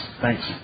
Thanks